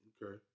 Okay